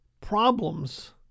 problems